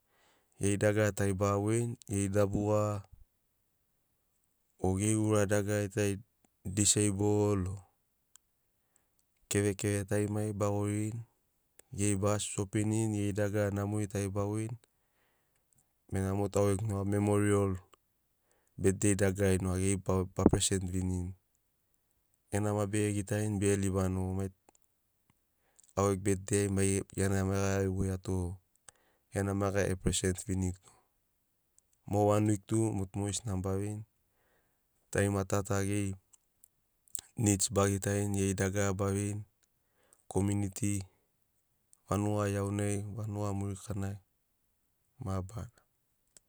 Geri dagara tari ba voini geri dabuga o geri ura dagarar tari diseibol o kevekeve tarimari ba goririni geri ba shopini geri dagara namori tari ba voini bena mot u au gegu noga memorial betdei dagarari noga geri ba present vinirini. Gia na bege gitarini bege libani o mai tu au gegu betdei ai gia na maiga e voiato gia na maiga a present viniguto mo wan wik tu mogesina mogo ba veini tarima ta ta geri neds ba gitarini geri dagara ba veini komiuniti vanuga iaunai vanuga murikanai mabarana.